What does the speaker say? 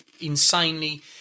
insanely